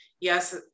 yes